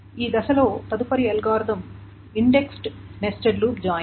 ఈ దశలో తదుపరి algorithm indexed nested loop join